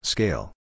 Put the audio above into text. Scale